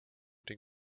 den